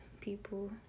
people